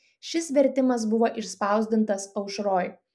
šis vertimas buvo išspausdintas aušroj